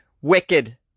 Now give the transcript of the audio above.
Wicked